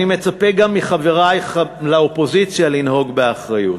אני מצפה גם מחברי האופוזיציה לנהוג באחריות,